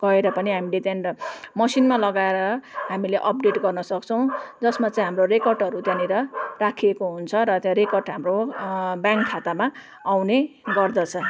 गएर हामीले त्यहाँनिर मेसिनमा लगाएर हामीले अपडेट गर्न सक्छौँ जसमा चाहिँ हाम्रो रेकर्डहरू त्यहाँनिर राखिएको हुन्छ र त्यो रेकर्ड हाम्रो ब्याङ्क खातामा आउने गर्दछ